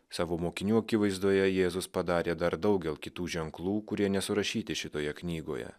savo mokinių akivaizdoje jėzus padarė dar daugel kitų ženklų kurie nesurašyti šitoje knygoje